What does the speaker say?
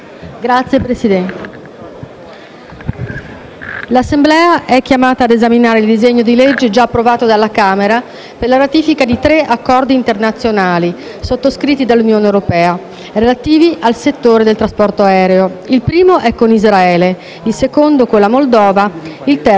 l'Assemblea è chiamata ad esaminare il disegno di legge, già approvato dalla Camera dei deputati, per la ratifica di tre accordi internazionali sottoscritti dall'Unione europea, relativi al settore del trasporto aereo: il primo è con Israele, il secondo con la Moldova e il terzo è con Islanda e Norvegia.